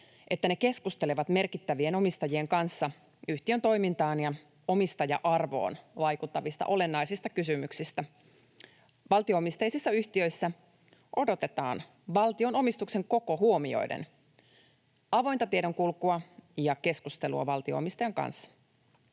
että ne keskustelevat merkittävien omistajien kanssa yhtiön toimintaan ja omistaja-arvoon vaikuttavista olennaisista kysymyksistä. Valtio-omisteisissa yhtiöissä odotetaan valtion omistuksen koko huomioiden avointa tiedonkulkua ja keskustelua valtio-omistajan kanssa.